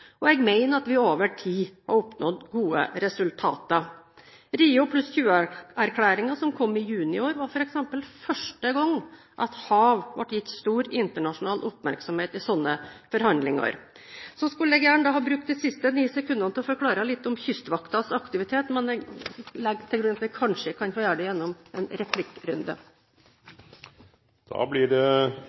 og jeg mener at vi over tid har oppnådd gode resultater. I Rio+20-erklæringen, som kom i juni i år, var det f.eks. første gang hav ble gitt stor internasjonal oppmerksomhet i slike forhandlinger. Så skulle jeg gjerne ha brukt de siste 9 sekundene til å forklare litt om Kystvaktens aktivitet, men jeg legger til grunn at jeg kanskje kan gjøre det gjennom en replikkrunde. Det blir replikkordskifte. Ja, da skal statsråden få ønsket sitt oppfylt. Det